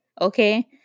okay